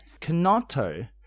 Canotto